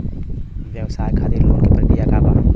व्यवसाय खातीर लोन के प्रक्रिया का बा?